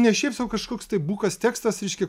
ne šiaip sau kažkoks bukas tekstas reiškia